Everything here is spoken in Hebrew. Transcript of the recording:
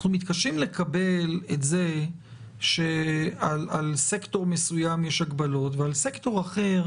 אנחנו מתקשים לקבל את זה שעל סקטור מסוים יש הגבלות ועל סקטור אחר